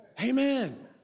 Amen